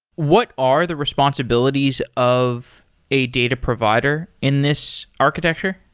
what are the responsibilities of a data provider in this architecture?